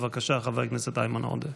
בבקשה, חבר הכנסת איימן עודה.